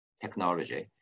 technology